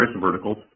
verticals